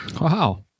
Wow